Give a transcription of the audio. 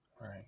right